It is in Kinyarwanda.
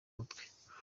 imitwe